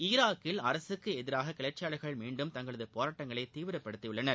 ஈராக்கில் அரசுக்கு எதிராக கிளர்ச்சியாளர்கள் மீண்டும் தங்களது போராட்டங்களை தீவிரபடுத்தியுள்ளனர்